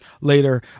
later